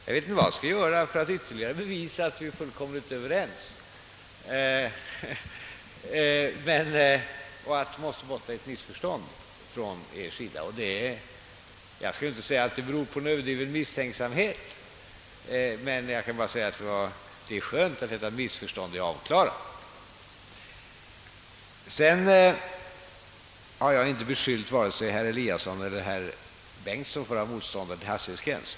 Jag vet inte vad jag skall göra ytterligare för att bevisa hur fullkomligt överens vi är och att det måste föreligga ett missförstånd från er sida. Jag skall inte heller säga att det missförståndet beror på överdriven misstänksamhet, men det är skönt att det nu är avklarat. Sedan har jag inte beskyllt vare sig herr Eliasson i Sundborn eller herr Bengtson i Solna för att vara motståndare till hastighetsgränser.